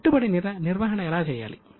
పెట్టుబడి నిర్వహణ ఎలా చేయాలి